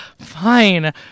Fine